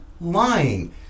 lying